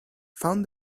found